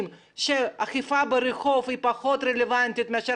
שהאכיפה ברחוב היא פחות רלוונטית מאשר